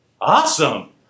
Awesome